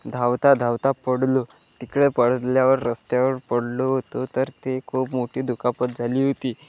धावता धावता पडलो तिकडे पडल्यावर रस्त्यावर पडलो होतो तर ते खूप मोठी दुखापत झाली होती